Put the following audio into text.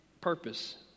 purpose